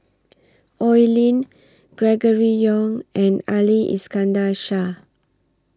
Oi Lin Gregory Yong and Ali Iskandar Shah